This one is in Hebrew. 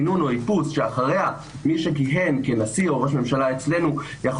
שאחריה מי שכיהן כנשיא או ראש ממשלה אצלנו יכול